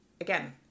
Again